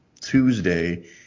tuesday